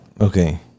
Okay